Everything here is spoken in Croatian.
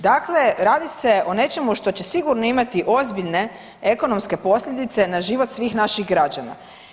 Dakle, radi se o nečemu što će sigurno imati ozbiljne ekonomske posljedice na život svih naših građana.